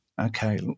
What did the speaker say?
Okay